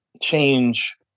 change